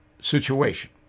situation